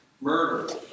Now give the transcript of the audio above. murder